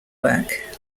work